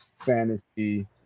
fantasy